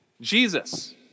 Jesus